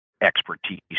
expertise